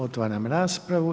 Otvaram raspravu.